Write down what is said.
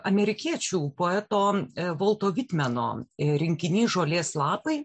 amerikiečių poeto volto vitmeno rinkinys žolės lapai